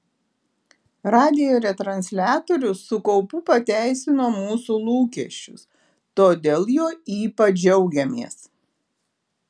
radijo retransliatorius su kaupu pateisino mūsų lūkesčius todėl juo ypač džiaugiamės